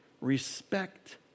Respect